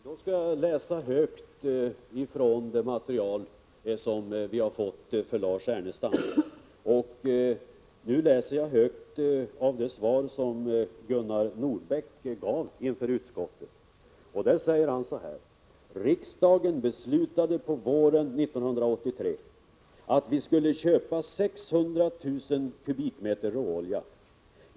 Herr talman! Låt mig läsa högt för Lars Ernestam från det material vi har fått. Jag citerar av det svar som generaldirektör Gunnar Nordbeck gav inför utskottet: ”Riksdagen beslutade på våren 1983 att vi skulle köpa 600 000 m? råolja.